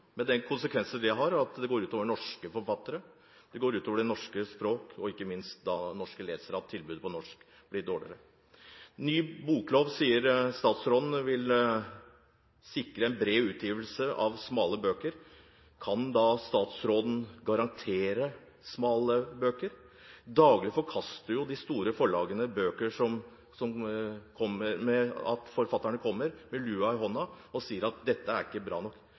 med de konsekvenser det har. Det går ut over norske forfattere, det går ut over det norske språk og ikke minst norske lesere fordi tilbudet på norsk blir dårligere. En ny boklov sier statsråden vil sikre en bred utgivelse av smale bøker. Kan da statsråden garantere smale bøker? Daglig forkaster de store forlagene bøker, som forfatterne kommer med med luen i hånden, og sier at dette ikke er bra nok.